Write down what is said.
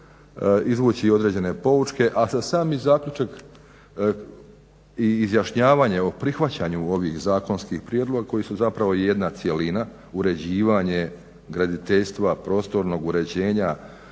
izvući određene poučke, a za sami zaključak i izjašnjavanje o prihvaćanju ovih zakonskih prijedloga koji su zapravo jedna cjelina, uređivanje graditeljstva, prostornog uređenja,